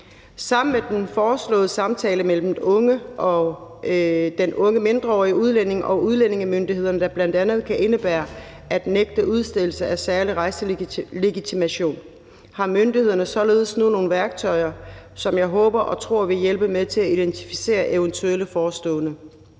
Sammen med den foreslåede samtale mellem den unge, mindreårige udlænding og udlændingemyndighederne, der bl.a. kan indebære at nægte udstedelse af særlig rejselegitimation, har myndighederne således nu nogle værktøjer, som jeg håber og tror vil hjælpe med til at identificere eventuelle forestående